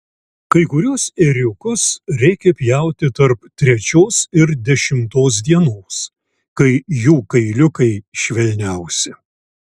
kai kuriuos ėriukus reikia pjauti tarp trečios ir dešimtos dienos kai jų kailiukai švelniausi